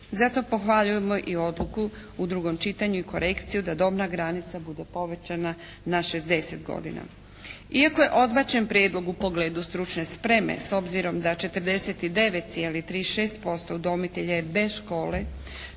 Zato pohvaljujemo i odluku u drugom čitanju i korekciju da dobna granica bude povećana na 60 godina. Iako je odbačen prijedlog u pogledu stručne spreme s obzirom da 49,36% udomitelja je bez škole